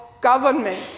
government